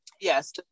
Yes